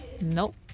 Nope